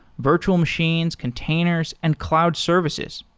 virtual machines, containers and cloud services.